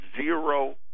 Zero